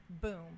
boom